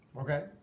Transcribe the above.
Okay